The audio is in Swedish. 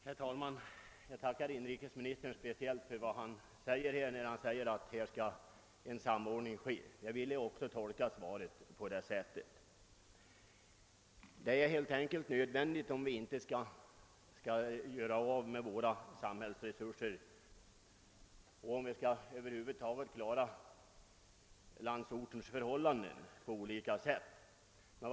Herr talman! Jag tackar inrikesministern speciellt för vad han säger om att en samordning i detta fall skall ske. Jag ville ju också tolka svaret på det sättet. En samordning är helt enkelt nödvändig, om vi inte skall göra av med våra samhällsresurser och om vi över huvud taget skall kunna klara landsbygdens problem.